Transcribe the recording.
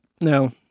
no